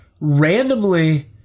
randomly